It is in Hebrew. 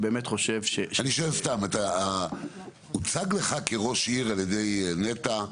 אני באמת חושב -- אני שואל סתם: הוצגה לך על-ידי נת"ע,